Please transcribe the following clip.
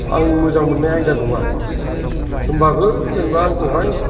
आं मोजां मोननाय आयदा नङा होनबाबो जेनेबा आंखौहाय